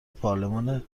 پارلمان